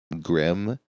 grim